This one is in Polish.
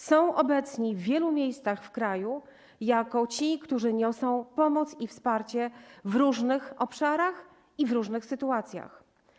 Są obecni w wielu miejscach kraju jako ci, którzy niosą pomoc i wsparcie w różnych obszarach i w różnych sytuacjach.